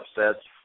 upsets